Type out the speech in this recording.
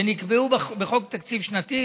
שנקבעו בחוק תקציב שנתי.